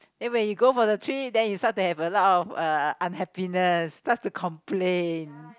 and when you go for the trip then you start to have a lot of uh unhappiness start to complain